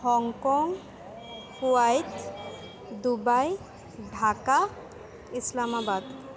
Hong Kong হোৱাইত Dubai Dhaka Islamabad